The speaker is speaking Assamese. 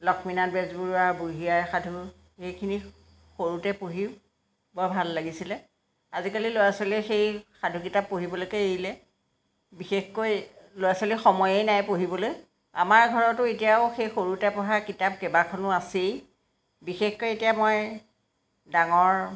লক্ষ্মীনাথ বেজবৰুৱা বুঢ়ী আইৰ সাধু সেইখিনি সৰুতে পঢ়িও বৰ ভাল লাগিছিলে আজিকালি ল'ৰা ছোৱালীয়ে সেই সাধু কিতাপ পঢ়িবলৈকে এৰিলে বিশেষকৈ ল'ৰা ছোৱালী সময়েই নাই পঢ়িবলৈ আমাৰ ঘৰতো এতিয়াও সেই সৰুতে পঢ়া কিতাপ কেইবাখনো আছেই বিশেষকৈ এতিয়া মই ডাঙৰ